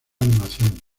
animación